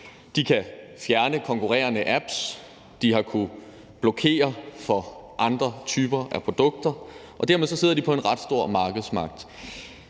De kan fjerne konkurrerende apps, de har kunnet blokere for andre typer produkter, og dermed sidder de på en ret stor markedsmagt.